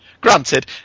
granted